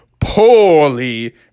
poorly